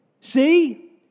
See